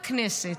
לכנסת,